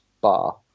Bar